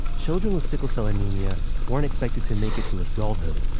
children with sickle cell anemia weren't expected to make it to adulthood.